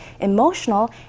emotional